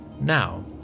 Now